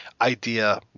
idea